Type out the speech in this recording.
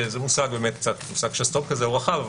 שזה מושג שסתום כזה או רחב,